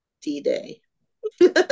D-Day